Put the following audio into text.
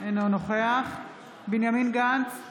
אינו נוכח בנימין גנץ,